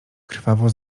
krwawo